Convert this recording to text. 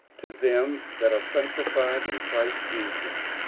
to them that are sanctified in christ jesus,